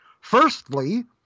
firstly